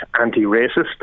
anti-racist